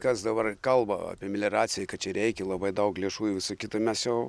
kas dabar kalba apie melioraciją kad čia reikia labai daug lėšų ir visa kita mes jau